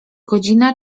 godzina